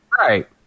Right